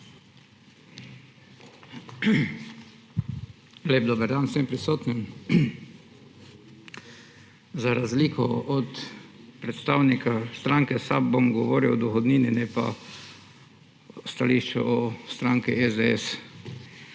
Lep dober dan vsem prisotnim! Za razliko od predstavnika stranke SAB bom govoril o dohodnini, ne pa o stališču stranke SDS.